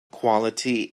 quality